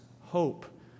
hope